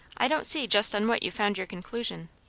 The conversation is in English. i don't see just on what you found your conclusion.